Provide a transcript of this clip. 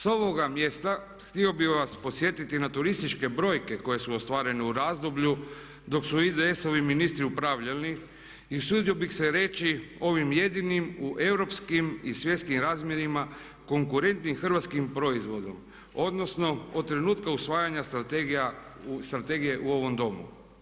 Sa ovoga mjesta htio bih vas podsjetiti na turističke brojke koje su ostvarene u razdoblju dok su IDS-ovi ministri upravljali i usudio bih se reći ovim jedinim u europskim i svjetskim razmjerima konkurentnim hrvatskim proizvodom, odnosno od trenutka usvajanja strategije u ovom Domu.